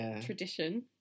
tradition